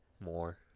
more